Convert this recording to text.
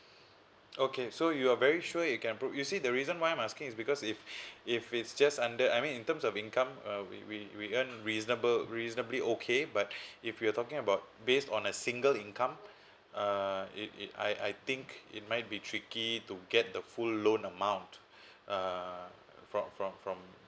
okay so you are very sure it can put you see the reason why I'm asking is because if if it's just under I mean in terms of income uh we we we earn reasonable reasonably okay but if you're talking about based on a single income uh it it I I think it might be tricky to get the full loan amount uh from from from